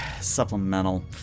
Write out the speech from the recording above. supplemental